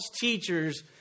teachers